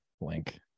link